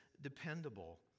dependable